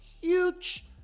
huge